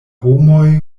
homoj